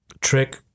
trick